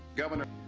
governor,